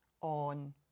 on